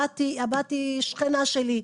הבת היא שכנה שלי,